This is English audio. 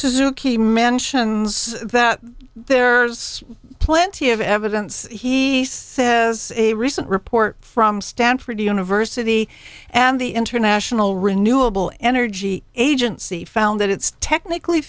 suzuki mentions that there are plenty of evidence he says a recent report from stanford university and the international renewable energy agency found that it's technically